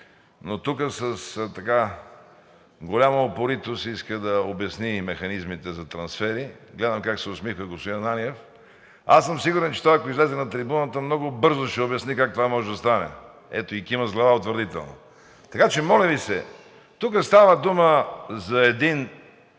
но тук с голяма упоритост иска да обясни механизмите за трансфери. Гледам как се усмихва господин Ананиев. Аз съм сигурен, че той, ако излезе на трибуната, много бързо ще обясни как това може да стане, ето и кима с глава утвърдително. Така че, моля Ви, тук става дума за един